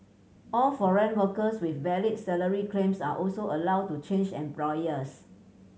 all foreign workers with valid salary claims are also allowed to change employers